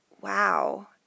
wow